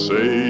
Say